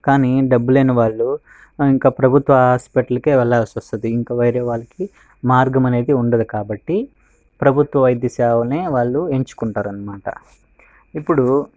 కానీ డబ్బు లేనివాళ్ళు ఆ ఇంకా ప్రభుత్వ హాస్పిటల్కి వెళ్ళాల్సి వస్తుంది ఇంకా వేరే వాళ్ళకి మార్గం అనేది ఉండదు కాబట్టి ప్రభుత్వ వైద్యసేవనే వాళ్ళు ఎంచుకుంటారు అన్నమాట ఇప్పుడు